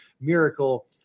miracle